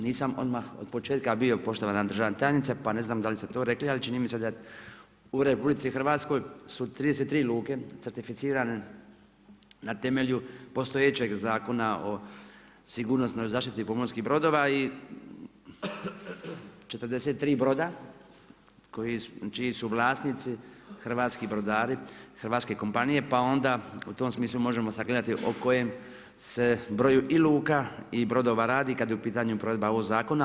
Nisam odmah od početak bio poštovana državna tajnice, pa ne znam da li ste to rekli, ali čini mi se da u RH, su 33 luke certificirane na temelju postojećeg Zakona o sigurnosnoj zaštiti pomorskih brodova i 43 broda čiji su vlasnici hrvatski brodari, hrvatske kompanije, pa onda u tom smislu možemo sagledati o kojem se broju i luka i brodova radi, kad je u pitanju provedba ovog zakona.